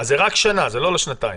זה רק שנה, זה לא לשנתיים.